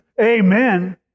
Amen